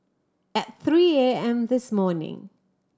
at three A M this morning